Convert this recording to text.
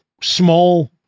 small